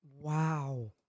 Wow